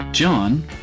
John